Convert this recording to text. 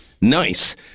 Nice